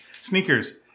Sneakers